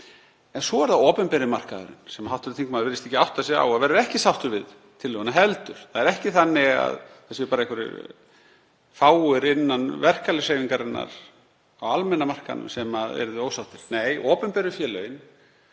En svo er það opinberi markaðurinn sem hv. þingmaður virðist ekki átta sig á að verður ekki sáttur við tillöguna heldur. Það er ekki þannig að það séu bara einhverjir fáir innan verkalýðshreyfingarinnar á almenna markaðnum sem yrðu ósáttir. Nei, opinberu félögin